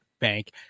Bank